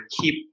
keep